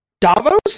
Davos